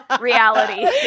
reality